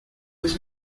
was